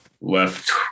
left